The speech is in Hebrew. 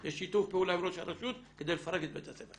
יש שיתוף פעולה עם ראש הרשות כדי לפרק את בית הספר.